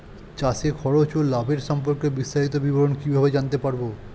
চাষে খরচ ও লাভের সম্পর্কে বিস্তারিত বিবরণ কিভাবে জানতে পারব?